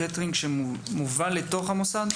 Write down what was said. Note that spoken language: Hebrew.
קייטרינג שמובא לתוך המוסד?